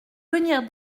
venir